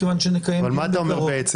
מכיוון שנקיים דיון בקרוב --- מה אתה אומר בעצם?